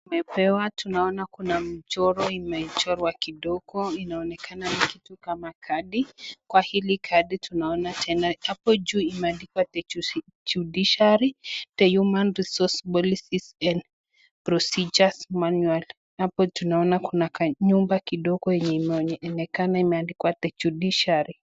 tumepewa naona kuna mchoro limechorwa kidogo linaonekana kitu kama kadi kwa hili tunaona tena hapo juu imeandikwa (the judiciary the human resource Policies and Procedures Manual} hapo tunaona kuna kanyumba kidogo yenye inaokekana imeandikwa the( judiciary)